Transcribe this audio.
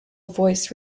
voice